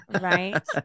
right